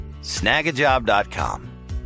snagajob.com